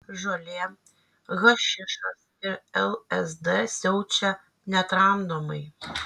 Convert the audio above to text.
žolė hašišas ir lsd siaučia netramdomai